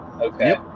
Okay